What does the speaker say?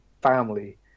family